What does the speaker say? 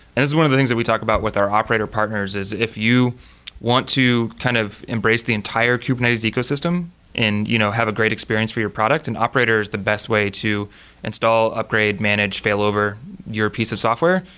and is one of the things that we talk about with our operator partners is if you want to kind of embrace the entire kubernetes ecosystem and you know have a great experience for your product, then and operator is the best way to install upgrade, manage failover your piece of software,